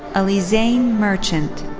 alizain merchant.